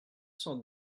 cent